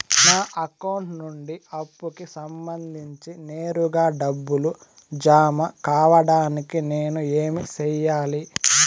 నా అకౌంట్ నుండి అప్పుకి సంబంధించి నేరుగా డబ్బులు జామ కావడానికి నేను ఏమి సెయ్యాలి?